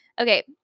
Okay